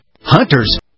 Hunters